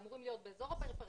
אמורים להיות באזור הפריפריה,